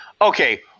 Okay